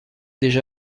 déjà